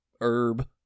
Herb